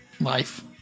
life